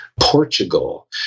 Portugal